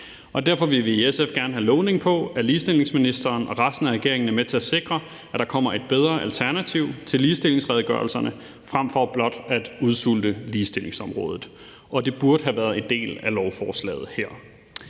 Derfor vil vi i SF gerne have lovning på, at ligestillingsministeren og resten af regeringen er med til at sikre, at der kommer et bedre alternativ til ligestillingsredegørelserne, frem for blot at udsulte ligestillingsområdet. Det burde have været en del af lovforslaget her.